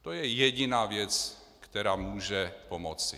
To je jediná věc, která může pomoci.